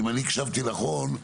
אם הקשבתי נכון,